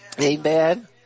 Amen